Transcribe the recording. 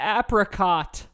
Apricot